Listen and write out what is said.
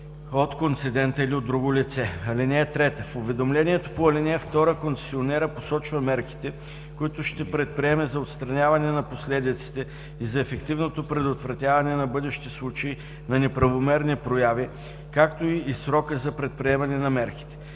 от концедента или от друго лице. (3) В уведомлението по ал. 2 концесионерът посочва мерките, които ще предприеме за отстраняване на последиците и за ефективното предотвратяване на бъдещи случаи на неправомерни прояви, както и срока за предприемане на мерките.